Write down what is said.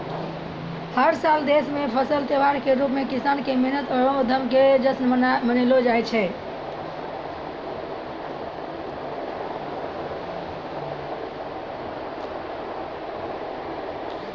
हर साल देश मॅ फसल त्योहार के रूप मॅ किसान के मेहनत आरो उद्यम के जश्न मनैलो जाय छै